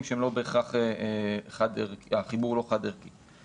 ולא בהכרח החיבור הוא לא חד ערכי.